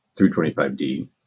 325D